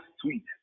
sweet